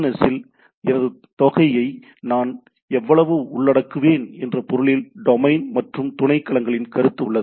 எஸ்ஸில் எனது தொகையை நான் எவ்வளவு உள்ளடக்குவேன் என்ற பொருளில் டொமைன் மற்றும் துணை களங்களின் கருத்து உள்ளது